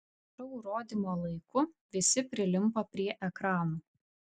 šou rodymo laiku visi prilimpa prie ekranų